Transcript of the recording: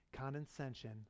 Condescension